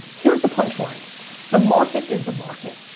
here's the punch line the market is the market.